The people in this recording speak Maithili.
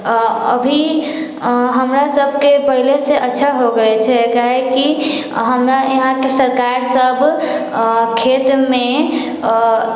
आ अभी हमरा सभकेँ पहिले से अच्छा हो गेल छै काहेकि हमे इहाँके सरकार सभ खेतमे